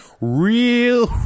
real